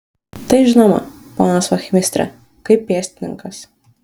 tai žinoma ponas vachmistre kaip pėstininkas